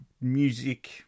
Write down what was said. music